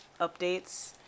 updates